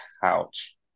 couch